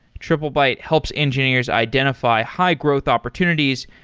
triplebyte helps engineers identify high-growth opportunities,